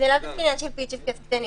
זה לאו דווקא עניין של פיצ'יפקס קטנים,